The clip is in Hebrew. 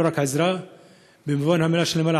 לא רק העזרה במובן שאני אומר,